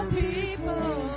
people